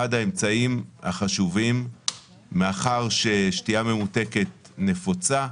האמצעים החשובים מאחר ושתייה ממותקת נפוצה.